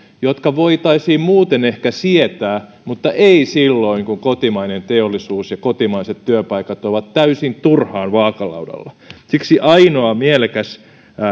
jotka voitaisiin muuten ehkä sietää mutta ei silloin kun kotimainen teollisuus ja kotimaiset työpaikat ovat täysin turhaan vaakalaudalla siksi ainoa mielekäs